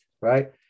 right